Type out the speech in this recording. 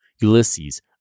Ulysses